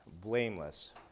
blameless